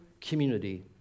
community